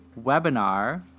webinar